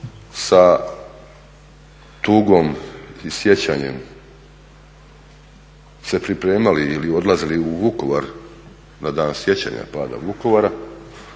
sa tugom i sjećanjem se pripremali ili odlazili u Vukovar na dan sjećanja pada Vukovara